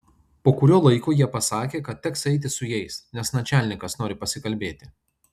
po kurio laiko jie pasakė kad teks eiti su jais nes načialnikas nori pasikalbėti